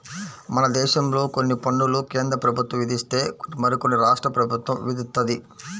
మనదేశంలో కొన్ని పన్నులు కేంద్రప్రభుత్వం విధిస్తే మరికొన్ని రాష్ట్ర ప్రభుత్వం విధిత్తది